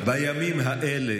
בימים האלה